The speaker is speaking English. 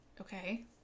okay